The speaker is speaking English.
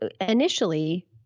initially